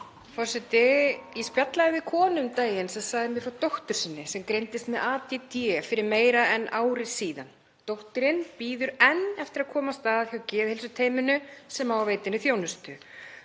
Forseti. Ég spjallaði við konu um daginn sem sagði mér frá dóttur sinni sem greindist með ADD fyrir meira en ári síðan. Dóttirin bíður enn eftir að komast að hjá geðheilsuteyminu sem á að veita henni þjónustu.